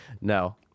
No